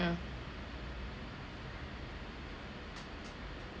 ya